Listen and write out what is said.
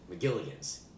McGilligan's